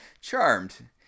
Charmed